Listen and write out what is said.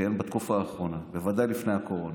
בתקופה האחרונה, בוודאי לפני הקורונה.